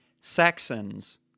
Saxons